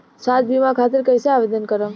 स्वास्थ्य बीमा खातिर कईसे आवेदन करम?